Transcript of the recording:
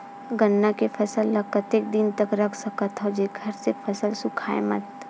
गन्ना के फसल ल कतेक दिन तक रख सकथव जेखर से फसल सूखाय मत?